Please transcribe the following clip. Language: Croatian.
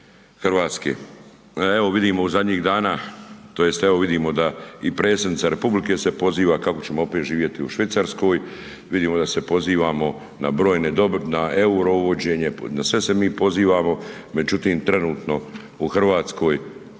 Hrvatske. A evo vidimo zadnjih dana, tj. evo vidimo da i predsjednica Republike se poziva kako ćemo opet živjeti u Švicarskoj, vidimo da se pozivamo na brojne, na euro uvođenje, na sve se mi pozivamo, međutim trenutno u Hrvatskoj